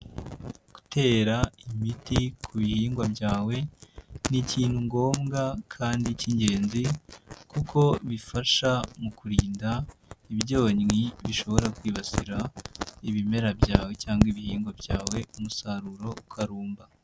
Gutera imiti ku bihingwa byawe ni ikintu ngombwa kandi cy'ingenzi kuko bifasha mu kurinda ibyonnyi bishobora kwibasira ibimera byawe cyangwa ibihingwa byawe umusaruro ukarumba.